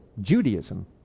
Judaism